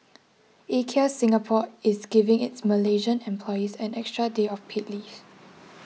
IKEA Singapore is giving its malaysian employees an extra day of paid leave